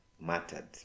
mattered